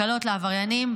הקלות לעבריינים,